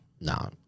No